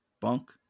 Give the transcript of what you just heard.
bunk